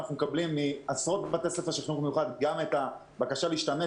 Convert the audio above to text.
אנחנו מקבלים מעשרות בתי ספר של החינוך המיוחד גם את הבקשה להשתמש.